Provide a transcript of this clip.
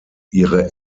ihre